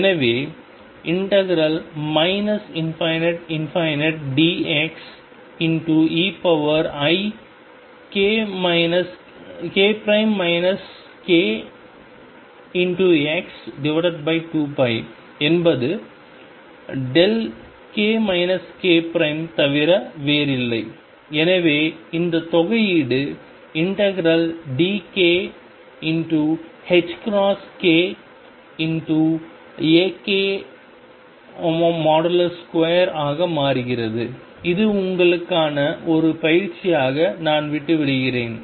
எனவே ∞dxeik kx2π என்பது δk k தவிர வேறில்லை எனவே இந்த தொகையீடு ∫dk ℏk Ak2 ஆக மாறுகிறது இது உங்களுக்கான ஒரு பயிற்சியாக நான் விட்டு விடுகிறேன்